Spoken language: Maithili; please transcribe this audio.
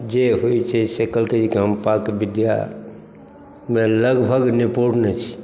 जे होइ छै से कहलकै जे कि हम पाक विद्यामे लगभग निपूर्ण छी